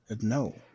No